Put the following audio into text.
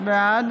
בעד